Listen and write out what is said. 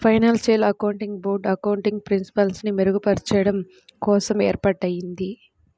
financial accounting board accounting ప్రిన్సిపల్స్ని మెరుగుచెయ్యడం కోసం ఏర్పాటయ్యింది